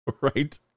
Right